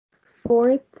fourth